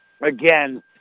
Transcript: again